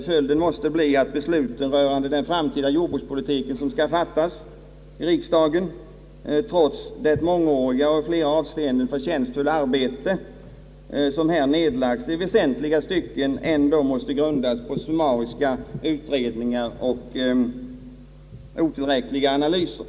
Följden måste bli att besluten rörande den framtida jordbrukspolitiken som skall fattas i riksdagen, trots det mångåriga och i flera avseenden förtjänstfulla arbete som har nedlagts, i väsentliga stycken ändå måste grundas på summariska utredningar och otillräckliga analyser.